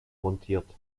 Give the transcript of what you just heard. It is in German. montiert